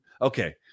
Okay